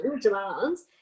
demands